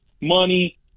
money